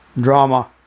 drama